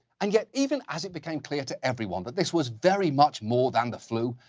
and yet even as it became clear to everyone that this was very much more than the flu,